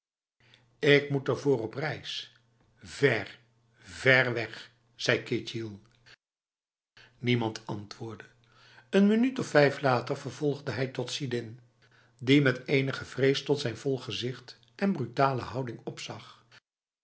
ik moet ervoor op reis ver ver weg zei ketjil niemand antwoordde een minuut of vijf later vervolgde hij tot sidin die met enige vrees tot zijn vol gezicht en brutale houding opzag